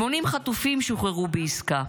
80 חטופים שוחררו בעסקה.